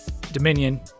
dominion